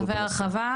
צווי הרחבה,